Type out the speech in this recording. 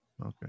Okay